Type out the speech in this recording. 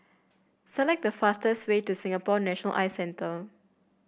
select the fastest way to Singapore National Eye Centre